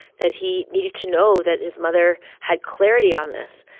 that he needed to know that his mother had clarity on this.